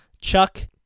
Chuck